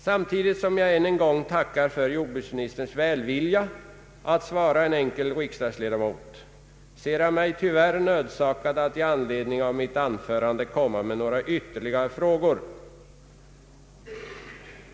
Samtidigt som jag än en gång tackar jordbruksministern för hans välvilja att svara en enkel riksdagsledamot, ser jag mig tyvärr nödsakad att i anledning av mitt anförande komma med några ytterl' gare frågor.